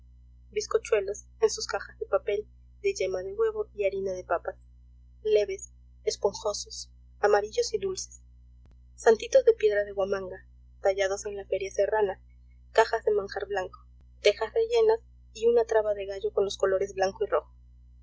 bizcochuelos en sus cajas de papel de yema de huevo y harina de papas leves esponjosos amarillos y dulces santitos de piedra de guamanga tallados en ir feria serrana cajas de manjar blanco tejas rellenas y una traba de gallo con los colores blanco y rojo